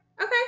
Okay